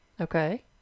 okay